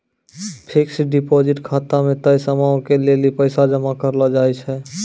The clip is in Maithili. फिक्स्ड डिपॉजिट खाता मे तय समयो के लेली पैसा जमा करलो जाय छै